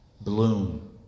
bloom